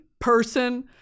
person